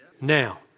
Now